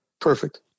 Perfect